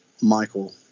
Michael